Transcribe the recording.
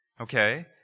okay